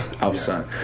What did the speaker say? outside